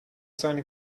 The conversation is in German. seine